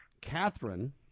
Catherine